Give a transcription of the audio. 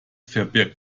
verbirgt